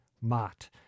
Mott